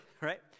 right